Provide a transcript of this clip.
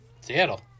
Seattle